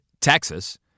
Texas